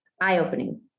eye-opening